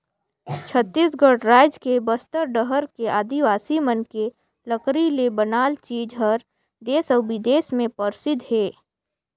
छत्तीसगढ़ रायज के बस्तर डहर के आदिवासी मन के लकरी ले बनाल चीज हर देस अउ बिदेस में परसिद्ध हे